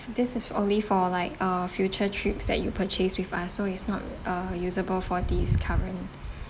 this is only for like uh future trips that you purchase with us so it's not uh usable for this current